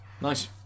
Nice